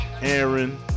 Aaron